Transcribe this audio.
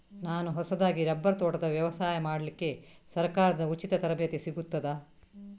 ನಾನು ಹೊಸದಾಗಿ ರಬ್ಬರ್ ತೋಟದ ವ್ಯವಸಾಯ ಮಾಡಲಿಕ್ಕೆ ಸರಕಾರದಿಂದ ಉಚಿತ ತರಬೇತಿ ಸಿಗುತ್ತದಾ?